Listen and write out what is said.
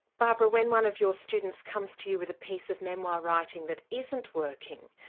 barbara, when one of your students comes to you with a piece of memoir writing that isn't working,